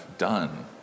done